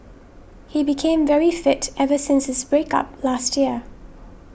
he became very fit ever since his break up last year